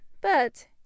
But